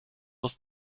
was